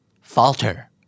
Falter